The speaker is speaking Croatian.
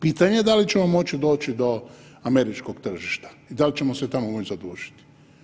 Pitanje da li ćemo moći doći do američkog tržišta i da li ćemo se tamo moći zadužiti.